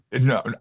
No